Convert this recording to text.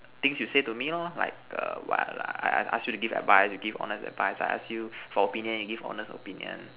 things you say to me lor like a what lah I I ask you to give advice you give honest advice I ask you for opinion you give honest opinion